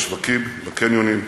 בשווקים, בקניונים,